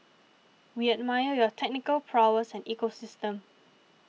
we admire your technical prowess and ecosystem